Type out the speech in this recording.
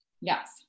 Yes